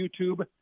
YouTube